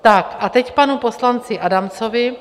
Tak a teď k panu poslanci Adamcovi.